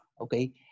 okay